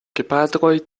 gepatroj